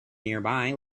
nearby